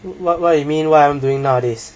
what what you mean what am I doing nowadays